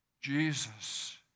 Jesus